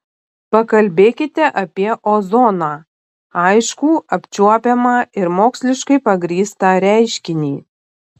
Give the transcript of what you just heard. pakalbėkite apie ozoną aiškų apčiuopiamą ir moksliškai pagrįstą reiškinį